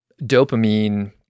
dopamine